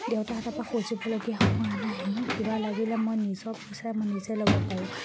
দেউতাহঁতৰ পৰা খুজিবলগীয়া হয় কিবা লাগিলে মই নিজৰ পইচাৰে মই নিজে ল'ব পাৰোঁ